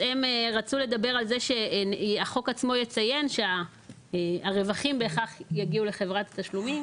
הם רצו שהחוק עצמו יציין שהרווחים בהכרח יגיעו לחברת התשלומים.